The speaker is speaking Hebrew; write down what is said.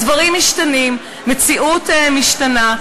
אז דברים משתנים, מציאות משתנה.